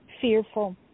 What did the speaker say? fearful